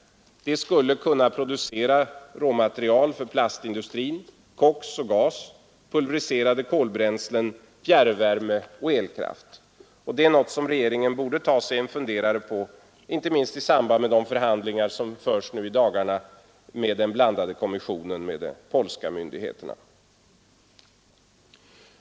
Ett sådant skulle kunna producera bl.a. råmaterial för plastindustrin, koks och gas, pulvriserade kolbränslen, fjärrvärme och elkraft. Det är någonting som regeringen borde ta sig en funderare på, inte minst i samband med de förhandlingar som nu förs i dagarna med den blandade kommissionen och med de polska myndigheterna.